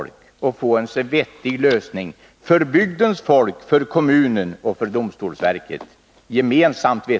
Man måste sträva efter att få en gemensamt så vettig lösning som möjligt för bygdens folk, för kommunen och för domstolsverket.